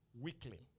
Weekly